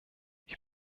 ich